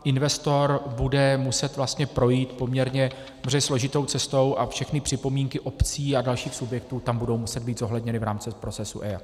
Investor bude muset vlastně projít poměrně složitou cestou a všechny připomínky obcí a dalších subjektů tam budou muset být zohledněny v rámci procesu EIA.